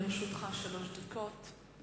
לרשותך שלוש דקות.